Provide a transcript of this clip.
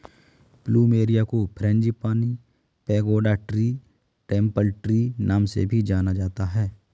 plumeria को frangipani, pagoda tree, temple tree नाम से भी जाना जाता है